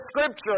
scripture